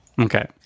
okay